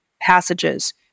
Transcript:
passages